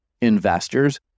investors